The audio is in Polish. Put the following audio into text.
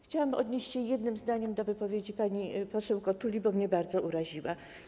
Chciałam odnieść się jednym zdaniem do wypowiedzi pani poseł Kotuli, bo mnie bardzo uraziła.